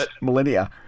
millennia